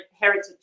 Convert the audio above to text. Heritage